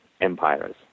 empires